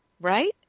right